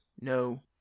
No